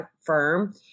firm